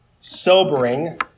sobering